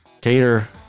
Cater